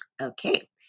Okay